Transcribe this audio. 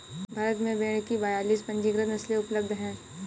भारत में भेड़ की बयालीस पंजीकृत नस्लें उपलब्ध हैं